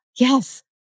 yes